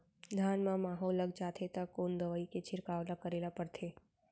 धान म माहो लग जाथे त कोन दवई के छिड़काव ल करे ल पड़थे?